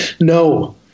No